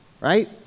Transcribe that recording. Right